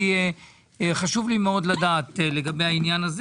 חשוב לי מאוד לדעת לגבי זה,